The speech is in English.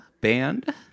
band